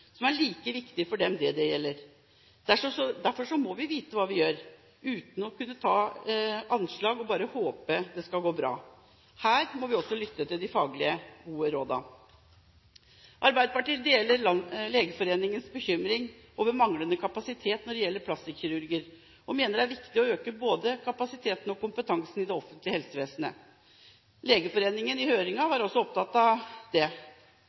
som er like viktig for dem dét gjelder. Derfor må vi vite hva vi gjør, uten kun å komme med anslag, og bare håpe det skal gå bra. Vi må også her lytte til de faglige og gode rådene. Arbeiderpartiet deler Legeforeningens bekymring for manglende kapasitet når det gjelder plastikkirurger, og mener det er viktig å øke både kapasiteten og kompetansen i det offentlige helsevesenet. Legeforeningen var også i høringen opptatt av